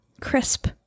Crisp